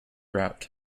route